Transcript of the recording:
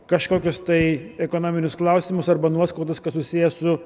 kažkokius tai ekonominius klausimus arba nuoskaudas kas susiję su